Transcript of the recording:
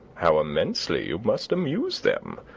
how immensely you must amuse them!